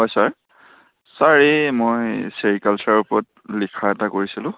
হয় sir sir এই মই ছেৰিকালছাৰৰ ওপৰত লিখা এটা কৰিছিলোঁ